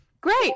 Great